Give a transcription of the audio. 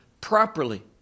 properly